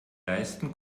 leisten